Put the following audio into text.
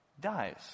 dies